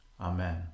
Amen